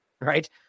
Right